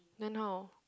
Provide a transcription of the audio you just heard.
then how